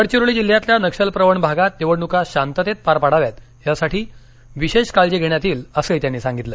गडचिरोली जिल्ह्यातल्या नक्षल प्रवण भागात निवडणुका शांततेत पार पाडाव्यात यासाठी विशेष काळजी घेण्यात येईल असंही त्यांनी सांगितलं